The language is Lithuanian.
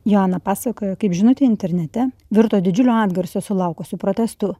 joana pasakojo kaip žinutė internete virto didžiulio atgarsio sulaukusiu protestu